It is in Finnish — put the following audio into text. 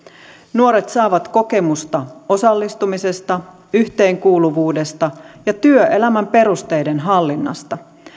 nuoret saavat kokemusta osallistumisesta yhteenkuuluvuudesta ja työelämän perusteiden hallinnasta